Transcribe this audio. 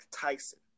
Tyson